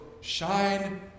Shine